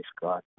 God